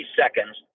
seconds